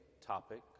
topic